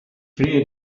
flehe